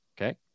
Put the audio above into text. Okay